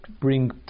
bring